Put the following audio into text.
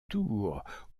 tours